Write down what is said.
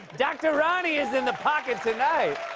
dr. ronny is in the pocket tonight!